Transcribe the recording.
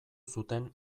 zuten